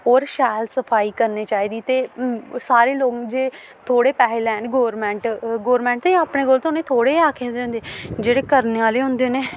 होर शैल सफाई करनी चाहिदी ते सारे लोक जे थोह्ड़े पैहे लैन गौरमैंट गौरमैंट अपने कोल ते उ'नें थोह्ड़े आक्खे दे होंदे जेह्ड़े करने आह्ले होंदे उ'नें